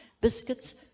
biscuits